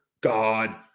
God